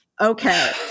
Okay